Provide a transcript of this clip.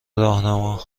راهنما